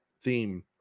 theme